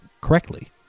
correctly